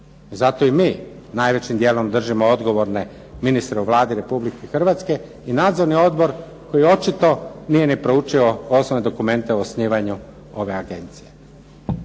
Zato i mi najvećim dijelom držimo odgovorne ministre u Vladi Republike Hrvatske i nadzorni odbor koji očito nije proučio ni osnovne dokumente o osnivanju ove Agencije.